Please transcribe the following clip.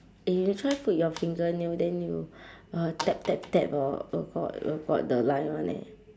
eh you try you put your finger nail then you uh tap tap tap hor will got will got the line [one] eh